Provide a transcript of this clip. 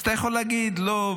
אז אתה יכול להגיד: לא,